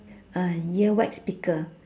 a earwax picker